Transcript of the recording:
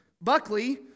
Buckley